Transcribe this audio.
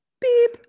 beep